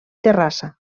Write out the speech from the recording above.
terrassa